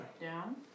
Down